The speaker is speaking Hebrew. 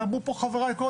כמו שאמרו קודם חבריי.